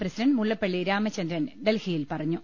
president Mullappally Ramachandran ഡൽഹിയിൽ പറഞ്ഞു